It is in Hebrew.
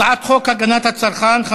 הצעת חוק הגנת הצרכן (תיקון,